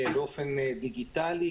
באופן דיגיטלי,